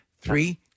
three